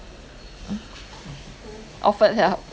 offered help